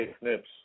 Snips